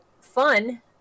fun